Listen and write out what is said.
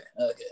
Okay